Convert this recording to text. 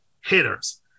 hitters